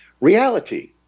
Reality